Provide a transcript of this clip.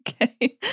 okay